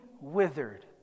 withered